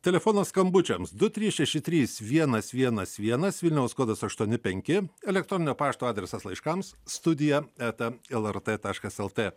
telefonas skambučiams du trys šeši trys vienas vienas vienas vilniaus kodas aštuoni penki elektroninio pašto adresas laiškams studija eta lrt taškas lt